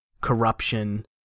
corruption